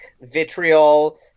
vitriol